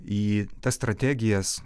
į tas strategijas